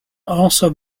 also